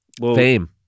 Fame